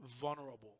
vulnerable